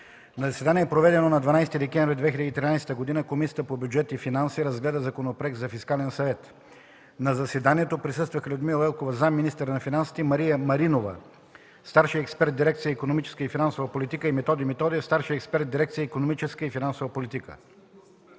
заседание, проведено на 12 декември 2013 г., Комисията по бюджет и финанси разгледа Законопроекта за фискален съвет. На заседанието присъстваха Людмила Елкова – заместник-министър на финансите, Мария Маринова – старши експерт в дирекция „Икономическа и финансова политика“, и Методи Методиев – старши експерт в дирекция „Икономическа и финансова политика“.